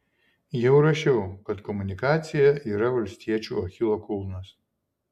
jau rašiau kad komunikacija yra valstiečių achilo kulnas